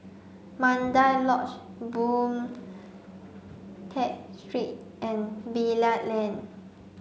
Mandai Lodge Boon Tat Street and Bilal Lane